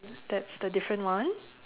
that's the different one